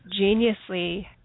geniusly